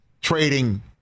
trading